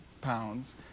pounds